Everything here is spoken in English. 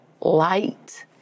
light